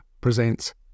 presents